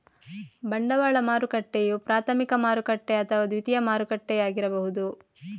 ಬಂಡವಾಳ ಮಾರುಕಟ್ಟೆಯು ಪ್ರಾಥಮಿಕ ಮಾರುಕಟ್ಟೆ ಅಥವಾ ದ್ವಿತೀಯ ಮಾರುಕಟ್ಟೆಯಾಗಿರಬಹುದು